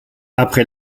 après